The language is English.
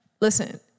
listen